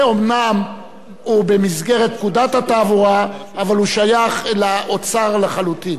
אם יש עכבות כלשהן, נא להודיעני.